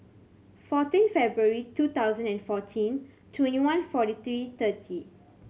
fourteen February two thousand and fourteen twenty one forty three thirty